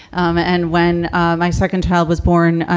um and when my second child was born,